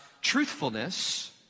truthfulness